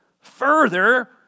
Further